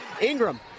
Ingram